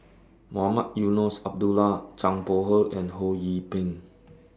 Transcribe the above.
Mohamed Eunos Abdullah Zhang Bohe and Ho Yee Ping